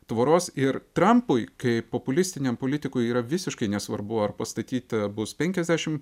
tvoros ir trampui kaip populistiniam politikui yra visiškai nesvarbu ar pastatyta bus penkiasdešim